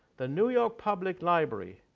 the new york public library,